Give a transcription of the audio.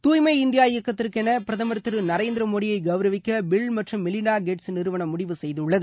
தூய்மை இந்தியா இயக்கத்திற்கு என பிரதமர் திரு நரேந்திர மோடியை கவுரவிக்க பில் மற்றும் மெலிண்டா கேட்ஸ் நிறுவனம் முடிவு செய்துள்ளது